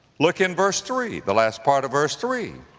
look in verse three, the last part of verse three,